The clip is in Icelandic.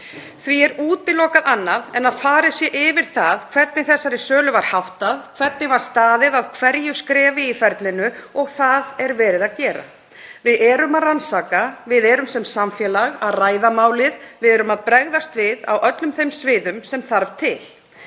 Því er útilokað annað en að farið sé yfir það hvernig þessari sölu var háttað, hvernig staðið var að hverju skrefi í ferlinu, og það er verið að gera. Við erum að rannsaka, við erum sem samfélag að ræða málið, við erum að bregðast við á öllum þeim sviðum sem þarf til.